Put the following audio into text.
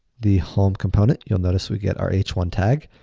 the home component you'll notice we get our h one tag.